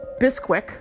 Bisquick